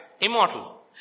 immortal